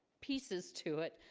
pieces to it,